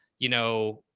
you know,